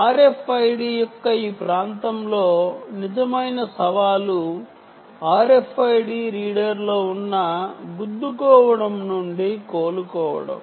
RFID యొక్క ఈ ప్రాంతంలో నిజమైన సవాలు RFID రీడర్లో ఉన్న ఢీకొనడం నుండి కోలుకోవడం